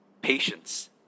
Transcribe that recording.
Patience